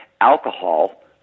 alcohol